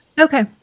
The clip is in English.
Okay